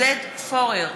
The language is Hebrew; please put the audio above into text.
עודד פורר,